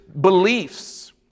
beliefs